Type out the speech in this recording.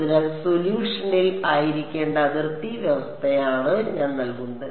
അതിനാൽ സൊല്യൂഷനിൽ ആയിരിക്കേണ്ട അതിർത്തി വ്യവസ്ഥയാണ് ഞാൻ നൽകുന്നത്